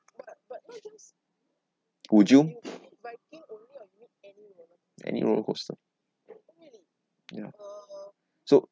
would you any roller coaster ya so